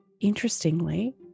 Interestingly